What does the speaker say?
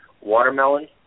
Watermelon